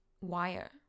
Wire